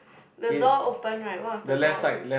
the door open right one of the door